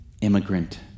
immigrant